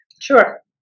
sure